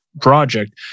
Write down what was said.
project